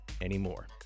anymore